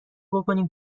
بکنیم